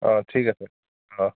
অ ঠিক আছে অ